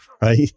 right